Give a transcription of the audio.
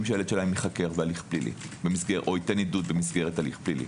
שהילד שלהם ייחקר בהליך פלילי או ייתן עדות במסגרת הליך פלילי.